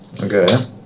Okay